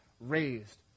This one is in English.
raised